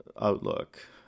outlook